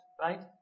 right